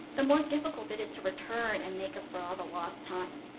the more difficult it is to return and make up for all the lost time,